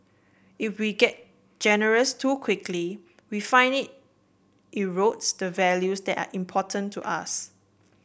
if we get generous too quickly we find it erodes the values that are important to us